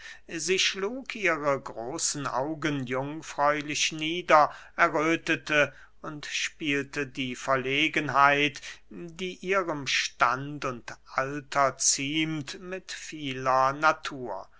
sie schlug ihre großen augen jungfräulich nieder erröthete und spielte die verlegenheit die ihrem stand und alter ziemt mit vieler natur